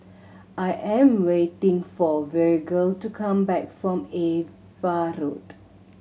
I am waiting for Virgil to come back from Ava Road